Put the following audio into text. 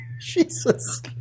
Jesus